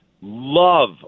Love